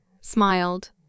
smiled